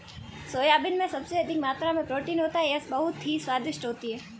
soybean में सबसे अधिक मात्रा में प्रोटीन होता है यह बहुत ही स्वादिष्ट होती हैं